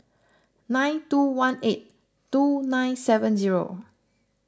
nine two one eight two nine seven zero